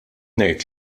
ngħid